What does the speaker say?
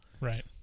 Right